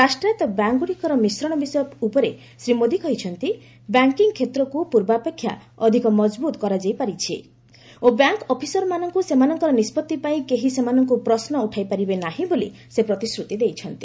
ରାଷ୍ଟ୍ରାୟତ୍ତ ବ୍ୟାଙ୍କଗୁଡ଼ିକର ମିଶ୍ରଣ ବିଷୟ ଉପରେ ଶ୍ରୀ ମୋଦି କହିଛନ୍ତି ବ୍ୟାଙ୍କିଙ୍ଗ୍ କ୍ଷେତ୍ରକୁ ପୂର୍ବାପେକ୍ଷା ଅଧିକ ମଜବୁତ କରାଯାଇ ପାରିଛି ଓ ବ୍ୟାଙ୍କ ଅଫିସରମାନଙ୍କୁ ସେମାନଙ୍କର ନିଷ୍ପଭି ପାଇଁ କେହି ସେମାନଙ୍କୁ ପ୍ରଶ୍ମ ଉଠାଇପାରିବେ ନାହିଁ ବୋଲି ସେ ପ୍ରତିଶ୍ରତି ଦେଇଛନ୍ତି